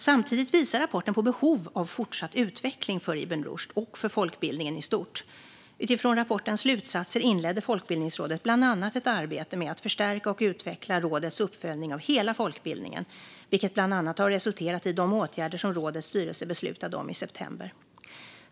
Samtidigt visar rapporten på behov av fortsatt utveckling för Ibn Rushd och för folkbildningen i stort. Utifrån rapportens slutsatser inledde Folkbildningsrådet bland annat ett arbete med att förstärka och utveckla rådets uppföljning av hela folkbildningen, vilket bland annat har resulterat i de åtgärder som rådets styrelse beslutade om i september.